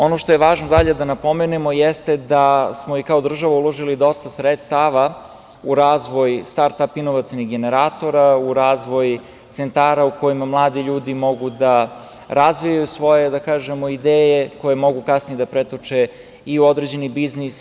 Ono što je dalje važno da napomenemo jeste da smo i kao država uložili dosta sredstava u razvoj start-ap inovacionih generatora, u razvoj centara u kojima mladi ljudi mogu da razvijaju svoje ideje koje mogu kasnije da pretoče i u određeni biznis.